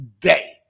day